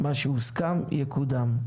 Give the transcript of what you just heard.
מה שהוסכם יקודם,